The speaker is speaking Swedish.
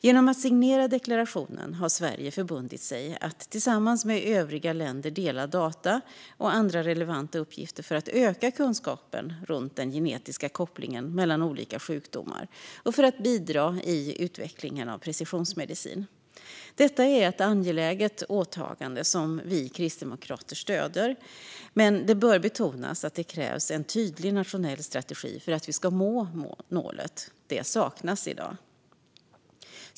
Genom att signera deklarationen har Sverige förbundit sig att tillsammans med övriga länder dela data och andra relevanta uppgifter för att öka kunskapen runt den genetiska kopplingen mellan olika sjukdomar och för att bidra i utvecklingen av precisionsmedicin. Detta är ett angeläget åtagande som vi kristdemokrater stöder, men det bör betonas att det krävs en tydlig nationell strategi för att vi ska nå målet. Det saknas i dag.